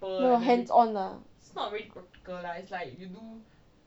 all the hands on lah